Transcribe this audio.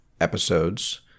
episodes